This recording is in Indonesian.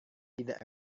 tidak